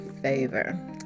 favor